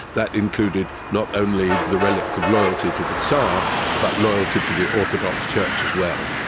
that included not only the relics of loyalty to the tsar but loyalty to the orthodox church as well.